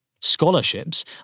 Scholarships